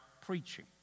preaching